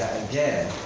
again,